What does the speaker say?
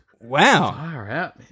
Wow